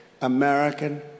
american